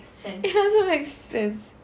it doesn't makes sense